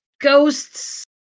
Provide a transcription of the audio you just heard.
ghosts